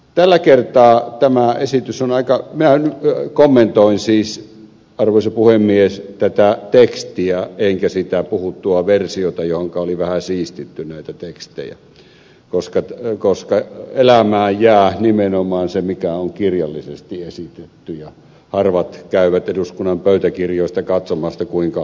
tällä kertaa tämä esitys on aika minä kommentoin siis arvoisa puhemies tätä tekstiä enkä sitä puhuttua versiota johonka oli vähän siistitty näitä tekstejä koska elämään jää nimenomaan se mikä on kirjallisesti esitetty ja harvat käyvät eduskunnan pöytäkirjoista katsomassa kuinka ed